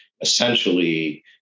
essentially